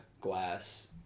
glass